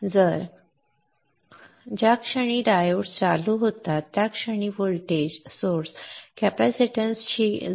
तर ज्या क्षणी डायोड्स चालू होतात त्या क्षणी व्होल्टेज सोर्स कॅपेसिटन्सशी जोडलेला दिसतो